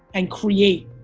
and create,